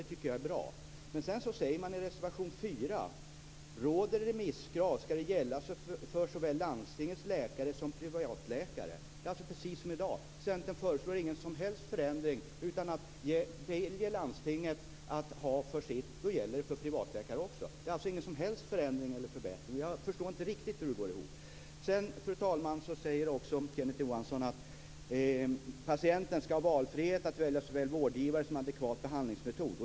Det tycker jag är bra. Sedan säger man följande i reservation 4: "Råder remisskrav skall detta gälla för såväl landstingets läkare som privatläkare". Det är alltså precis som i dag. Centern föreslår ingen som helst förändring. Väljer landstinget att ha remisskrav för sina mottagningar gäller kravet också för privatläkare. Det är alltså ingen som helst förändring eller förbättring. Jag förstår inte riktigt hur det går ihop. Fru talman! Kenneth Johansson säger också att patienten skall ha valfrihet när det gäller att välja såväl vårdgivare som adekvat behandlingsmetod.